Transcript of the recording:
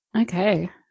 Okay